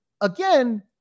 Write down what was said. again